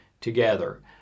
together